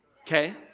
Okay